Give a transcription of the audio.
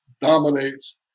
dominates